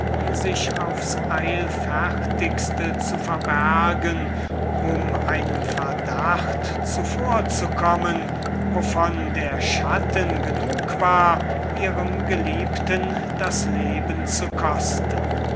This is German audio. sich aufs eilfertigste zu verbergen um einem verdacht zuvorzukommen wovon der schatten genug war ihren geliebten das leben zu kosten